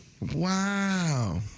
Wow